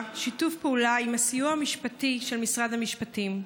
שיתוף פעולה עם הסיוע המשפטי של משרד המשפטים.